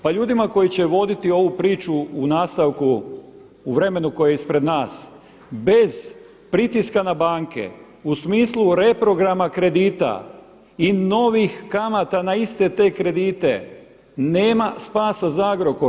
Pa ljudima koji će voditi ovu priču u nastavku, u vremenu koje je ispred nas bez pritiska na banke u smislu reprograma kredita i novih kamata na iste te kredite nema spasa za Agrokor.